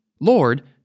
Lord